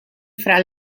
fra